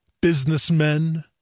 businessmen